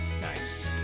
Nice